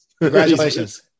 Congratulations